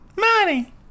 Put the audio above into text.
money